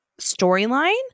storyline